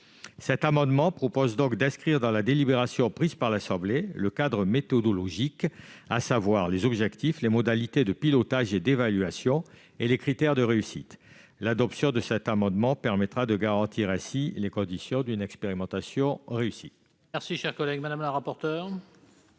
Cet amendement a donc pour objet d'inscrire dans la délibération prise par l'assemblée le cadre méthodologique, à savoir les objectifs, les modalités de pilotage et d'évaluation ainsi que les critères de réussite. Son adoption permettra de garantir les conditions d'une expérimentation réussie.